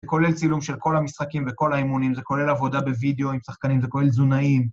זה כולל צילום של כל המשחקים וכל האימונים, זה כולל עבודה בווידאו עם שחקנים, זה כולל תזונאים.